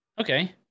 Okay